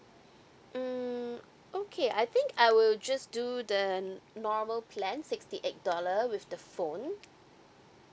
mm okay I think I will just do the normal plan sixty eight dollar with the phone